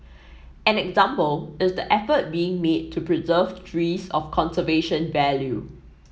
an example is the effort being made to preserve trees of conservation value